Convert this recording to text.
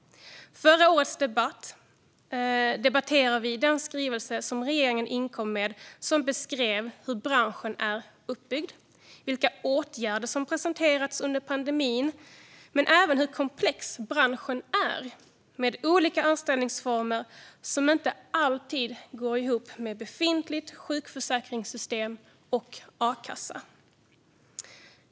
Förra året debatterade vi den skrivelse som regeringen inkom med och som beskrev hur branschen är uppbyggd, vilka åtgärder som presenterats under pandemin och även hur komplex branschen är med olika anställningsformer som inte alltid går ihop med befintligt sjukförsäkringssystem och akassa.